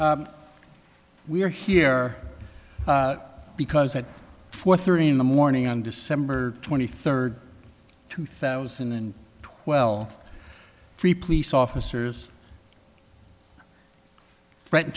t we're here because at four thirty in the morning on december twenty third two thousand and twelve three police officers threaten